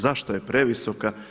Zašto je previsoka?